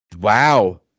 wow